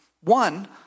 One